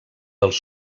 dels